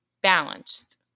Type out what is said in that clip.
balanced